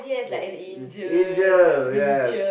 like like angel ya